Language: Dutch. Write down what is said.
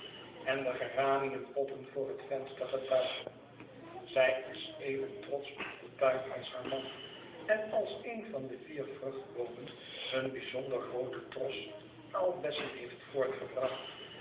en de geraniumpotten voor het venster getuigen zij is even trotsch op den tuin als haar man en als een van de vier vruchtboomen een bijzonder grooten tros aalbessen heeft voortgebracht